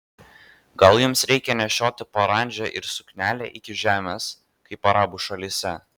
gal jums reikia nešioti parandžą ir suknelę iki žemės kaip arabų šalyse